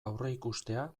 aurreikustea